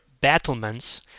battlements